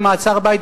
במעצר בית,